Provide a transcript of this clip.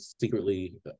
secretly